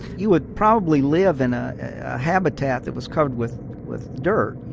you would probably live in a habitat that was covered with with dirt, you